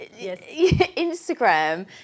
Instagram